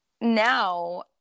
now